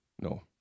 No